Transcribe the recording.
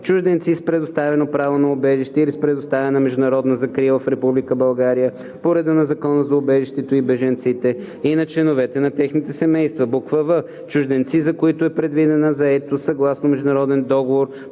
чужденци с предоставено право на убежище или с предоставена международна закрила в Република България по реда на Закона за убежището и бежанците и на членовете на техните семейства; в) чужденци, за които е предвидена заетост съгласно международен договор,